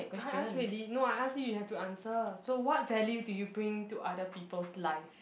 I ask already no I ask you you have to answer so what value do you bring to other people's lives